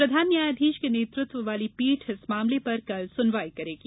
प्रधान न्यायाधीश के नेतृत्व वाली पीठ इस मामले पर कल सुनवाई करेगी